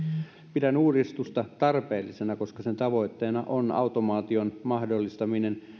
pidän uudistusta tarpeellisena koska sen tavoitteena on automaation mahdollistaminen